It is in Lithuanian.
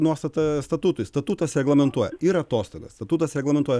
nuostata statutui statutas reglamentuoja ir atostogas statutas reglamentuoja